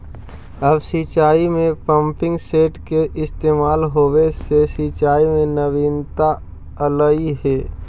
अब सिंचाई में पम्पिंग सेट के इस्तेमाल होवे से सिंचाई में नवीनता अलइ हे